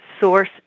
source